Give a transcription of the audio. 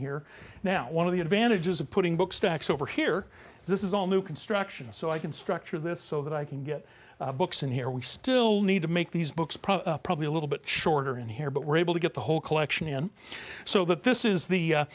here now one of the advantages of putting books stacks over here this is all new construction so i can structure this so that i can get books in here we still need to make these books probably probably a little bit shorter in here but we're able to get the whole collection in so that this is the